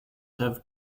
have